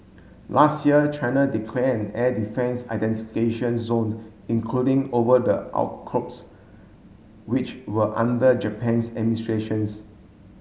last year China declare an air defence identification zone including over the outcrops which were under Japan's administrations